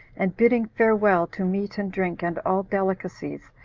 and bidding farewell to meat and drink, and all delicacies,